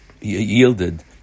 yielded